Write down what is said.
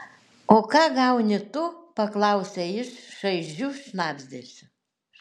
o ką gauni tu paklausė jis šaižiu šnabždesiu